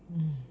mm